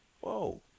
Whoa